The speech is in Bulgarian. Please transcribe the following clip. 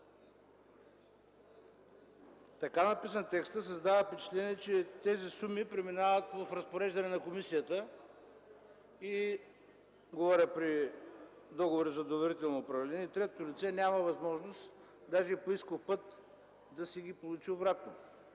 Така написан, текстът създава впечатление, че тези суми преминават в разпореждане на комисията и, говоря при договори за доверително управление, третото лице няма възможност даже и по исков път да си ги получи обратно.